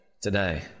today